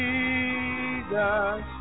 Jesus